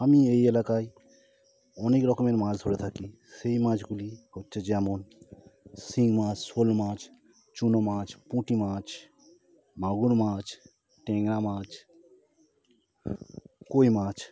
আমি এই এলাকায় অনেক রকমের মাছ ধরে থাকি সেই মাছগুলি হচ্ছে যেমন শিঙি মাছ শোল মাছ চুনো মাছ পুঁটি মাছ মাগুর মাছ ট্যাংরা মাছ কই মাছ